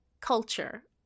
culture